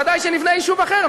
ודאי שנבנה יישוב אחר,